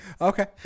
Okay